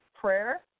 prayer